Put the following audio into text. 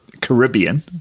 Caribbean